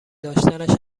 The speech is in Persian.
داشتنش